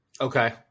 Okay